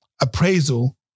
appraisal